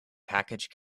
package